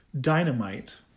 dynamite